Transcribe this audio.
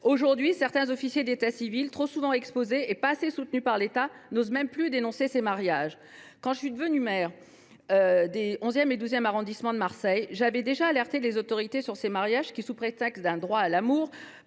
aujourd’hui, certains officiers d’état civil, parce qu’ils sont trop souvent exposés et pas assez soutenus par l’État, n’osent même plus dénoncer ces mariages. Quand je suis devenue maire des XI et XII arrondissements de Marseille, j’ai alerté les autorités sur ces mariages qui, sous couvert d’un « droit à l’amour